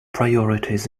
priorities